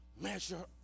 measure